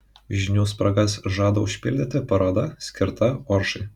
žinių spragas žada užpildyti paroda skirta oršai